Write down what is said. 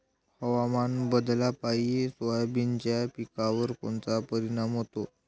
हवामान बदलापायी सोयाबीनच्या पिकावर कोनचा परिणाम होते?